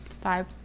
five